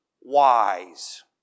wise